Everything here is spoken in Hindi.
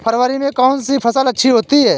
फरवरी में कौन सी फ़सल अच्छी होती है?